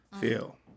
feel